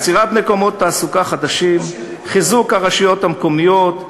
יצירת מקומות תעסוקה חדשים וחיזוק הרשויות המקומיות,